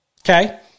okay